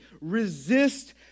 Resist